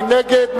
מי נגד?